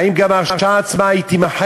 האם גם ההרשעה עצמה תימחק